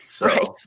Right